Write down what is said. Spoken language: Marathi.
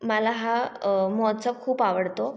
मला हा महोत्सव खूप आवडतो